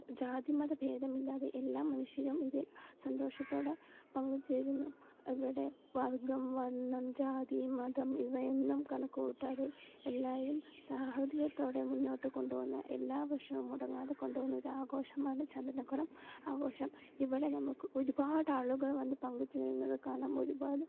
ജാതിമത ഭേദമില്ലാതെ എല്ലാ മനുഷ്യരും ഇതിൽ സന്തോഷത്തോടെ പങ്കുചേരുന്നു ഇവിടെ വർഗ്ഗം വർണ്ണം ജാതി മതം ഇവയൊന്നും കണക്കുകൂട്ടാതെ എല്ലാവരും സാഹോദര്യത്തോടെ മുന്നോട്ട് കൊണ്ടുപോകുന്ന എല്ലാ വർഷവും മുടങ്ങാതെ കൊണ്ടുപോകുന്ന ഒരാഘോഷമാണ് ചന്ദനക്കുടം ആഘോഷം ഇവിടെ നമുക്ക് ഒരുപാട് ആളുകൾ വന്ന് പങ്കുചേരുന്നത് കാണാം ഒരുപാട്